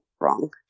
wrong